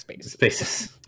spaces